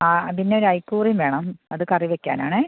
ആ അതിൻ്റ ഒരു അയ്ക്കൂറയും വേണം അത് കറി വയ്ക്കാൻ ആണേ